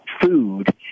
Food